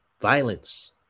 violence